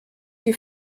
die